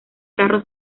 carro